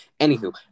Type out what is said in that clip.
Anywho